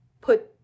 put